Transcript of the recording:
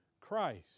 Christ